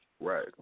Right